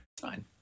fine